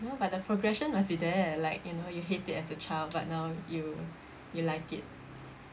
no but the progression must be there like you know you hate it as a child but now you you like it